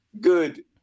good